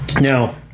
Now